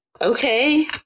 okay